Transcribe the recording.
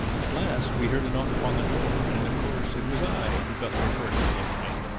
at last we heard a knock upon the door, and of course it was i who got there first to let him in.